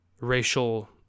racial